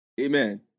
Amen